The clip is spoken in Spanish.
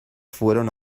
fueron